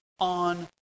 on